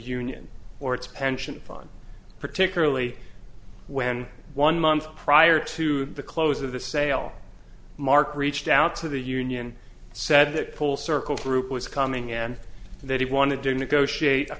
union or its pension fund particularly when one month prior to the close of the sale mark reached out to the union said that full circle group was coming in that he wanted to negotiate a